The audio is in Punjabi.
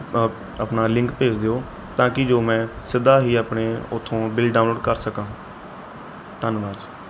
ਆਪਣਾ ਲਿੰਕ ਭੇਜ ਦਿਓ ਤਾਂ ਕਿ ਜੋ ਮੈਂ ਸਿੱਧਾ ਹੀ ਆਪਣੇ ਉੱਥੋਂ ਬਿੱਲ ਡਾਊਨਲੋਡ ਕਰ ਸਕਾਂ ਧੰਨਵਾਦ